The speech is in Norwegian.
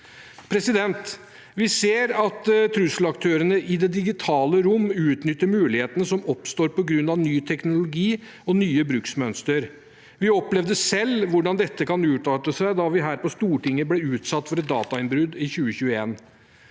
Vi ser at trusselaktørene i det digitale rom utnytter mulighetene som oppstår på grunn av ny teknologi og nye bruksmønstre. Vi opplevde selv hvordan dette kan utarte da vi her på Stortinget ble utsatt for et datainnbrudd i 2021.